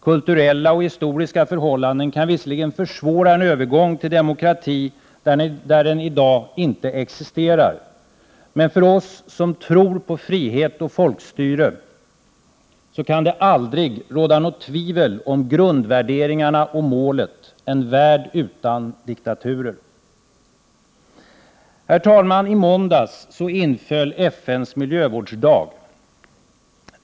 Kulturella och historiska förhållanden kan visserligen försvåra en övergång till demokrati där den i dag inte existerar, men för oss som tror på frihet och folkstyre kan det aldrig råda något tvivel om grundvärderingarna och målet — en värld utan diktaturer. Herr talman! I måndags inföll FN:s miljövårdsdag.